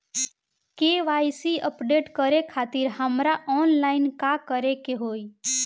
KYC update करे खातिर हमरा ऑनलाइन का करे के होई?